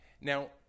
Now –